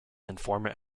informant